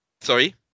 Sorry